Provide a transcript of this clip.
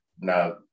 now